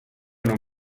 non